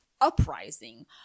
uprising